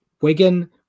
Wigan